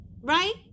right